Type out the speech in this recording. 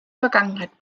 vergangenheit